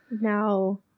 Now